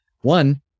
One